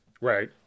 Right